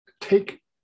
take